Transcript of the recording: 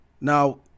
Now